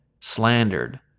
slandered